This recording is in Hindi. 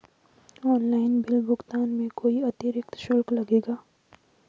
ऑनलाइन बिल भुगतान में कोई अतिरिक्त शुल्क लगेगा?